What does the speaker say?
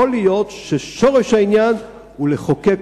יכול להיות ששורש העניין הוא שיש לחוקק